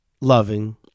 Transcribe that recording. loving